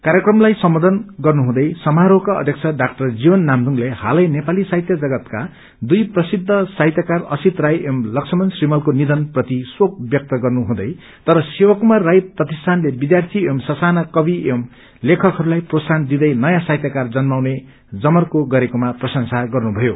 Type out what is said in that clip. कार्यक्रमलाई सम्बोधन गर्नुहुँदै समारोहका अध्यक्ष डा जीवन नाम्दुङले हालै नोली साहित्य जगता दुइ प्रसिद्ध साहित्यकार असित राई एवं लक्ष्मण श्रीमलको निधन प्रति शोक व्यक्त गर्नुहुँदै तर शिव कुमार राई प्रतिष्ठानले विद्यार्थी एवं स साना कवि एवं लेखकहरूलाई प्रोत्साहन दिँदै नयाँ साहित्यकार जन्माउने जमर्को गरेकोमा प्रशंसा गर्नुभयो